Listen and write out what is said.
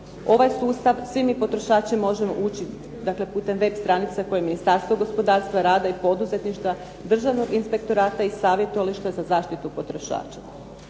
Ovaj sustav svi mi potrošači možemo učiti, dakle putem web stranice koje je Ministarstvo gospodarstva, rada i poduzetništva, Državnog inspektorata i savjetovališta za zaštitu potrošača.